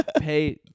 pay